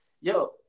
yo